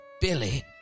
Billy